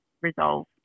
resolve